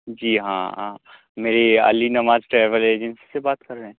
جی ہاں میری Ali Nawaz travel agency سے بات کر رہے ہیں